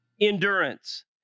endurance